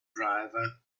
driver